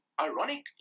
ironically